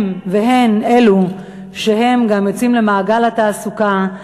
הם והן אלו שגם יוצאים למעגל התעסוקה,